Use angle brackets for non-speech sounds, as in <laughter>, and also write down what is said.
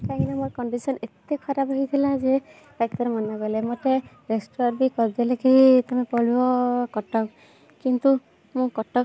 କାହିଁକି ନାଁ ମୋର କଣ୍ଡିସନ ଏତେ ଖରାପ ହେଇଥିଲା ଯେ ଡାକ୍ତର ମନାକଲେ ମତେ <unintelligible> ବି କରିଦେଲେ କି ତମେ ପଳୁଅ କଟକ କିନ୍ତୁ ମୁଁ କଟକ